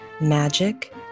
magic